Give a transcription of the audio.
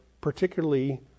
particularly